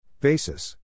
Basis